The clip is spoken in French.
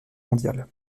mondiale